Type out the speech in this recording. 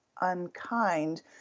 unkind